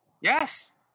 Yes